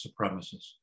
supremacists